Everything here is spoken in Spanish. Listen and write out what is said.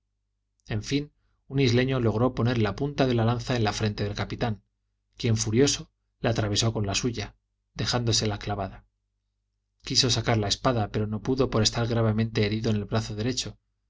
en fin un isleño logró poner la punta de la lanza en la frente del capitán quien furioso le atravesó con la suya dejándosela clavada quiso sacar la espada pero no pudo por estar gravemente herido en el brazo derecho